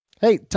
Hey